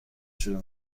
شروع